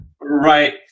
Right